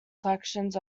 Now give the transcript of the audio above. collections